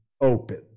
open